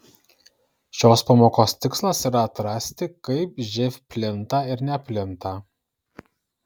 šios pamokos tikslas yra atrasti kaip živ plinta ir neplinta